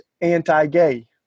anti-gay